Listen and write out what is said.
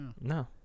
No